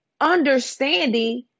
understanding